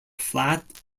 flat